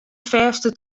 fêste